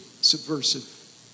subversive